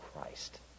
Christ